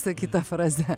sakyta fraze